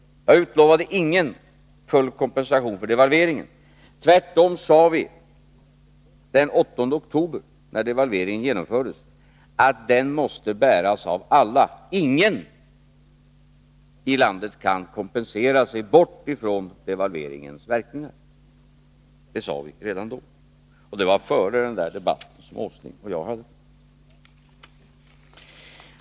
Jag utlovade ingen full kompensation för devalveringen. Tvärtom sade vi den 8 oktober när devalveringen genomfördes att den måste bäras av alla — ingen i landet kan kompensera sig bort från devalveringens verkningar. Det sade vi redan då, och det var före den där debatten som Nils Åsling och jag hade.